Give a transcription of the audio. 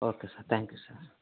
okay sir thank you sir